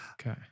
Okay